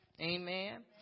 Amen